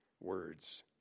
words